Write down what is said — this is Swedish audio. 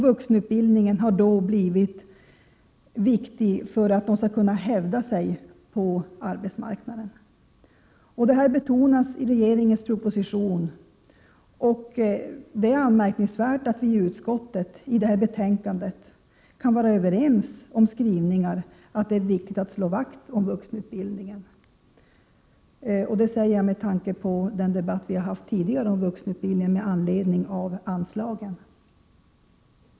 Vuxenutbildningen har då blivit viktig för att de skall kunna hävda sig på arbetsmarknaden. Detta betonas i regeringens proposition, och det är anmärkningsvärt att vi i detta utskottsbetänkande kan vara överens om skrivningar om att det är viktigt att slå vakt om vuxenutbildningen. Jag säger detta med tanke på den debatt som vi har haft tidigare om anslagen till vuxenutbildningen.